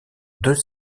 deux